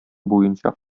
буенча